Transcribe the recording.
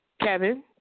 Kevin